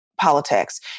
politics